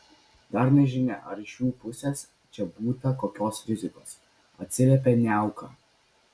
dar nežinia ar iš jų pusės čia būta kokios rizikos atsiliepė niauka